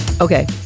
Okay